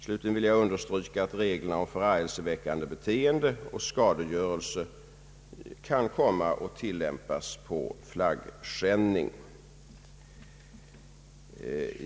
Slutligen vill jag understryka att reglerna om förargelseväckande beteende och skadegörelse kan komma att tillämpas på flaggskändning.